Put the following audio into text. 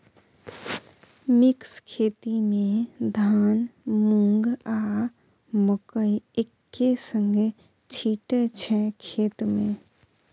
mix खेती मे धान, मुँग, आ मकय एक्के संगे छीटय छै खेत मे